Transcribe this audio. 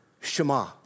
shema